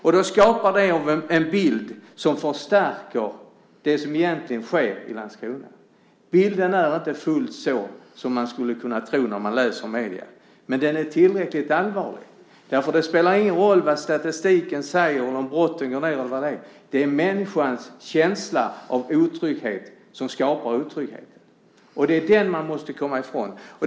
Detta skapar en bild som förstärker det som sker i Landskrona. Det är inte riktigt så illa som man skulle kunna tro när man läser i medierna. Men det är tillräckligt allvarligt, därför att det inte spelar någon roll vad statistiken säger om huruvida antalet brott minskar och liknande eftersom det är människans känsla av otrygghet som skapar otrygghet. Det är den som man måste komma ifrån.